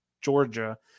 Georgia